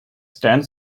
stand